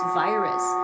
virus